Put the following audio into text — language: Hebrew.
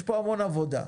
יש פה המון עבודה.